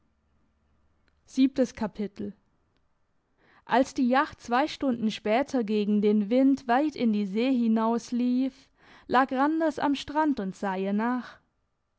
als die jacht zwei stunden später gegen den wind weit in die see hinauslief lag randers am strand und sah ihr nach